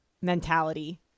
mentality